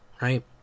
right